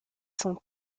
sont